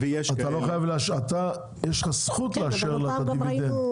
אתה יש לך זכות לאשר לה דיבידנד,